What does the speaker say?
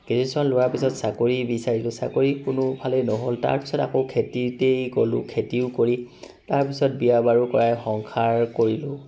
graduation লোৱাৰ পিছত চাকৰি বিচাৰিলো চাকৰি কোনোফালেই নহ'ল তাৰপিছত আকৌ খেতিতেই গ'লো খেতিও কৰি তাৰপিছত বিয়া বাৰু কৰাই সংসাৰ কৰিলোঁ